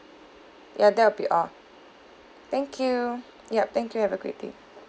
ya that will be all thank you ya thank you have a great day